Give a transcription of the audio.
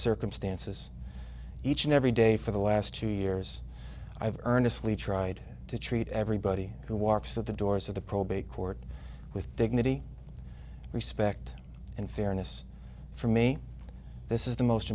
circumstances each and every day for the last two years i've earned asli tried to treat everybody who walks with the doors of the probate court with dignity respect and fairness for me this is the most